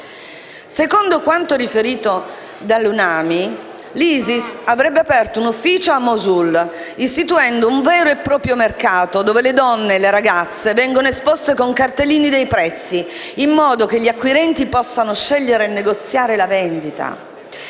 Secondo quanto riferito dall'Unami (United Nations Iraq), l'ISIS avrebbe aperto un ufficio a Mosul, istituendo un vero e proprio mercato, dove "le donne e le ragazze vengono esposte con cartellini dei prezzi, in modo che gli acquirenti possano scegliere e negoziare la vendita".